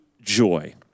joy